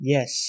Yes